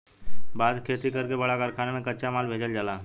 बांस के खेती कर के बड़ कारखाना में कच्चा माल भेजल जाला